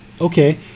Okay